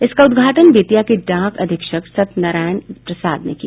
इसका उद्घाटन बेतिया के डाक अधीक्षक सत्यनारायण प्रसाद ने किया